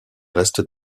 restes